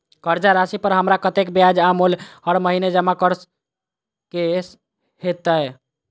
कर्जा राशि पर हमरा कत्तेक ब्याज आ मूल हर महीने जमा करऽ कऽ हेतै?